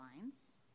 lines